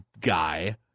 guy